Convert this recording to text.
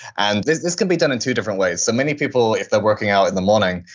and this this can be done in two different ways. so many people if they're working out in the morning,